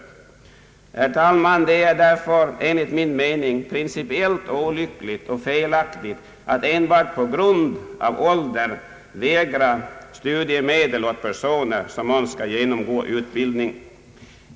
Herr talman, det är därför enligt min mening principiellt olyckligt och felaktigt att enbart på grund av ålder vägra studiemedel åt personer som önskar genomgå utbildning.